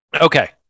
Okay